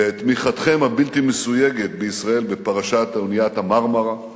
בתמיכתם הבלתי-מסויגת בישראל בפרשת האונייה "מרמרה";